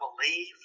believe